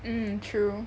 um true